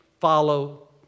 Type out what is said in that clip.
follow